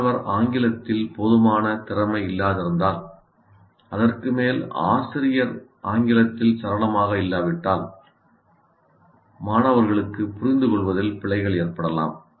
மாணவர் ஆங்கிலத்தில் போதுமான திறமை இல்லாதிருந்தால் அதற்கு மேல் ஆசிரியர் ஆங்கிலத்தில் சரளமாக இல்லாவிட்டால் மாணவர்களுக்கு புரிந்து கொள்வதில் பிழைகள் ஏற்படலாம்